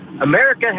America